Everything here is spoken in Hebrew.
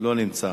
לא נמצא.